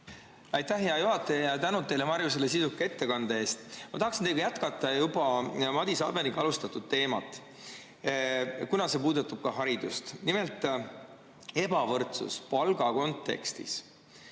Aitäh, hea juhataja! Tänu teile, Marju, selle sisuka ettekande eest! Ma tahaksin jätkata juba Madis Abeniga alustatud teemat, kuna see puudutab ka haridust. Nimelt, ebavõrdsus palgakontekstis